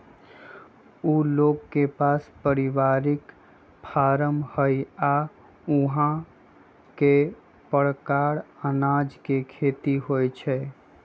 उ लोग के पास परिवारिक फारम हई आ ऊहा कए परकार अनाज के खेती होई छई